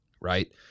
right